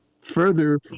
further